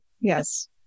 Yes